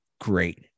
great